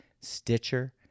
Stitcher